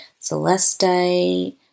celestite